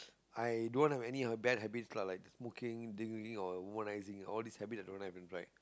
i don't have any bad habits lah like smoking drinking or womanising all these habits i don't have in fact